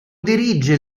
dirige